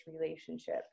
relationship